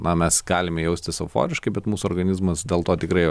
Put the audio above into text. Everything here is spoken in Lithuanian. na mes galime jaustis euforiškai bet mūsų organizmas dėl to tikrai